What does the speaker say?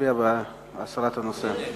מצביע בעד הסרת הנושא.